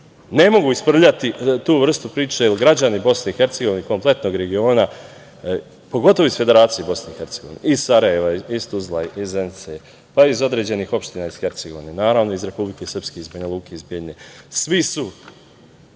mogu isprljati tu vrste priče, građani Bosne i Hercegovine i kompletnog regiona, pogotovo iz Federacije BiH, i iz Sarajeva, iz Tuzle, iz Zenice, pa iz određenih opština iz Hercegovine, naravno iz Republike Srpske, iz Banja Luke, iz Bijeljine, svi su